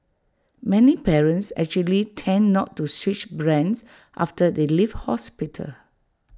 many parents actually tend not to switch brands after they leave hospital